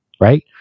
Right